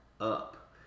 up